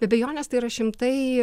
be abejonės tai yra šimtai